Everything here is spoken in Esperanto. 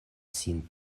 sin